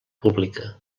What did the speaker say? pública